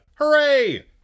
Hooray